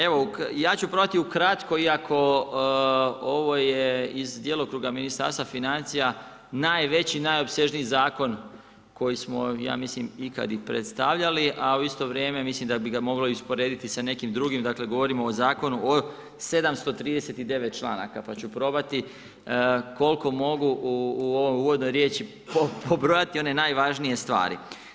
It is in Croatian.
Evo ja ću probati ukratko iako ovo je iz djelokruga Ministarstva financija najveći, najopsežniji zakon koji smo ja mislim ikad i predstavljali a u isto vrijeme mislim da bi ga mogli usporediti sa nekim drugim, dakle govorimo o zakonu o 739 članaka pa ću probati koliko mogu u ovoj uvodnoj riječi pobrojati one najvažnije stvari.